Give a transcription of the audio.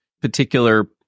particular